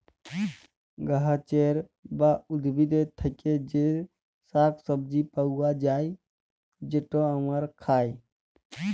গাহাচের বা উদ্ভিদের থ্যাকে যে শাক সবজি পাউয়া যায়, যেট আমরা খায়